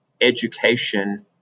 education